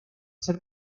ser